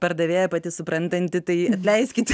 pardavėja pati suprantanti tai leiskite